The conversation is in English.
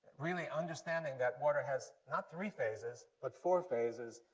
really understanding that water has not three phases, but four phases.